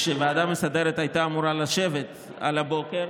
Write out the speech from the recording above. כשהוועדה המסדרת הייתה אמורה לשבת על הבוקר.